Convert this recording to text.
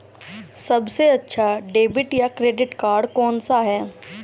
सबसे अच्छा डेबिट या क्रेडिट कार्ड कौन सा है?